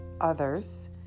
others